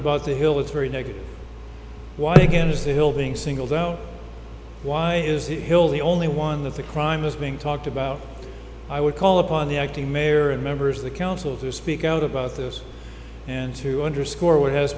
about the hill it's very negative why again are still being singled out why is the hill the only one that the crime is being talked about i would call upon the acting mayor and members of the council to speak out about this and to underscore what has